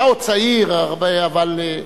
אתה עוד צעיר, אבל...